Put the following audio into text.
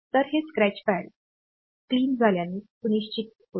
तर हे scratch pad स्वच्छ झाल्याचे सुनिश्चित करेल